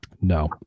No